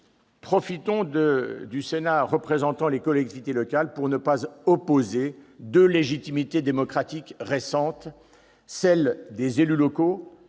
du fait que le Sénat représente les collectivités locales pour ne pas opposer deux légitimités démocratiques récentes : celle des élus locaux,